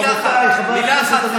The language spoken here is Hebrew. רבותיי חברי הכנסת,